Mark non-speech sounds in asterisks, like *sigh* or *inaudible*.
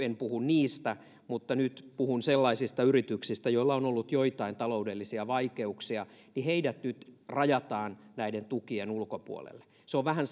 *unintelligible* en puhu niistä mutta nyt puhun sellaisista yrityksistä joilla on ollut joitain taloudellisia vaikeuksia ja heidät nyt rajataan näiden tukien ulkopuolelle se on vähän *unintelligible*